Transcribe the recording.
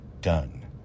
done